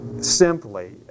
simply